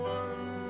one